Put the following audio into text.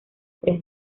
tres